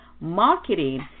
marketing